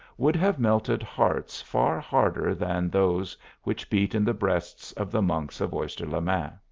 would have melted hearts far harder than those which beat in the breasts of the monks of oyster-le-main.